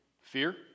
Fear